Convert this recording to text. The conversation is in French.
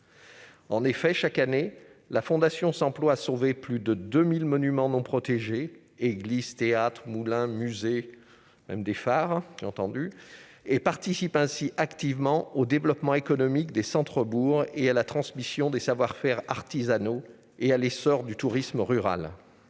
En effet, chaque année, la Fondation s'emploie à sauver plus de 2 000 monuments non protégés- églises, théâtres, moulins, musées, et même des phares, comme nous venons de l'entendre -, participant ainsi activement au développement économique des centres-bourgs, à la transmission des savoir-faire artisanaux et à l'essor du tourisme rural.